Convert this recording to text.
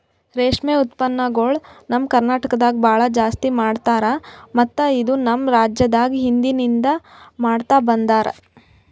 ರೇಷ್ಮೆ ಉತ್ಪನ್ನಗೊಳ್ ನಮ್ ಕರ್ನಟಕದಾಗ್ ಭಾಳ ಜಾಸ್ತಿ ಮಾಡ್ತಾರ ಮತ್ತ ಇದು ನಮ್ ರಾಜ್ಯದಾಗ್ ಹಿಂದಿನಿಂದ ಮಾಡ್ತಾ ಬಂದಾರ್